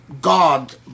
God